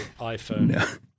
iphone